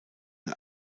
ein